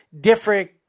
Different